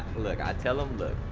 look, i tell em, look.